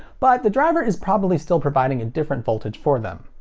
but the driver is probably still providing a different voltage for them.